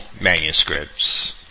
manuscripts